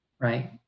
right